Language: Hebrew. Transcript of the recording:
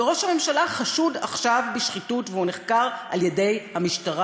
וראש הממשלה חשוד עכשיו בשחיתות והוא נחקר על-ידי המשטרה.